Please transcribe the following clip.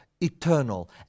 eternal